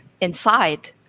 inside